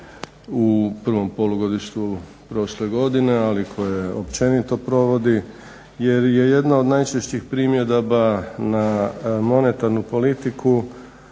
u prvom polugodištu prošle godine, ali i koje općenito provodi jer je jedna od najčešćih primjedaba na monetarnu politiku